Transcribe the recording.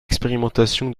expérimentation